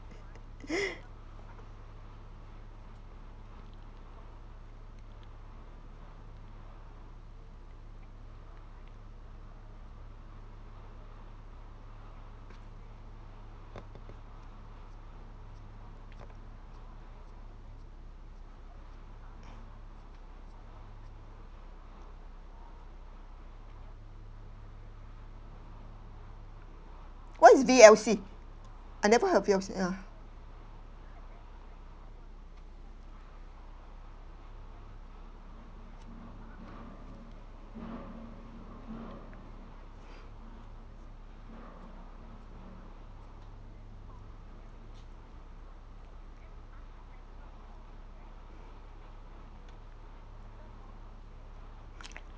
what is V_L_C I never heard of V_L_C ya